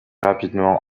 rapidement